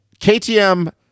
KTM